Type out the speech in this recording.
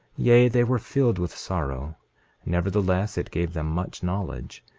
yea, they were filled with sorrow nevertheless it gave them much knowledge,